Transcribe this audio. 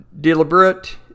deliberate